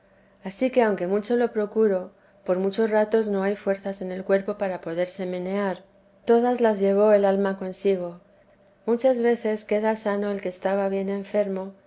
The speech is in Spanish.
ansí que aunque mucho lo procuro por muchos ratos no hay fuerzas en el cuerpo para poderse menear todas las llevó el alma consigo muchas veces queda sano el que estaba bien enfermo